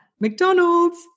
McDonald's